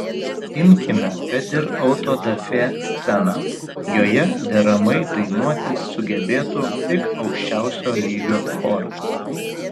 imkime kad ir autodafė sceną joje deramai dainuoti sugebėtų tik aukščiausio lygio choras